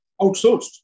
outsourced